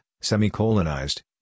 semi-colonized